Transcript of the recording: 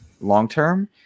long-term